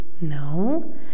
No